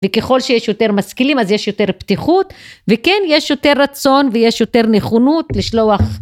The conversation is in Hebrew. וככל שיש יותר משכילים אז יש יותר פתיחות וכן יש יותר רצון ויש יותר נכונות לשלוח